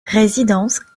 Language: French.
résidence